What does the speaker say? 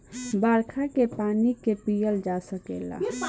बरखा के पानी के पिअल जा सकेला